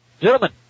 Gentlemen